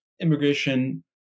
immigration